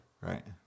right